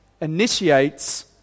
initiates